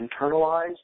internalized